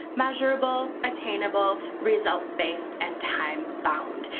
measurable, attainable, results-based, and time-bound.